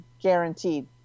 Guaranteed